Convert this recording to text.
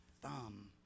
thumb